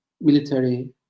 military